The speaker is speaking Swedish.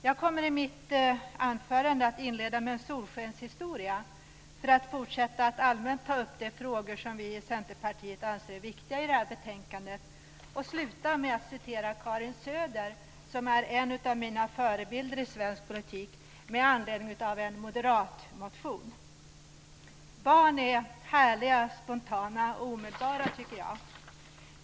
Jag kommer i mitt anförande att inleda med en solskenshistoria för att fortsätta att allmänt ta upp de frågor som vi i Centerpartiet anser är viktiga i detta betänkande och sluta med att citera Karin Söder, som är en av mina förebilder i svensk politik, med anledning av en moderatmotion. Barn är härliga, spontana och omedelbara, tycker jag.